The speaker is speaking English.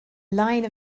line